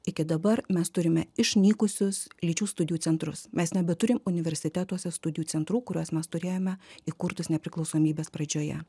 iki dabar mes turime išnykusius lyčių studijų centrus mes nebeturim universitetuose studijų centrų kuriuos mes turėjome įkurtus nepriklausomybės pradžioje